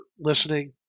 listening